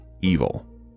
evil